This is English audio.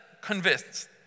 convinced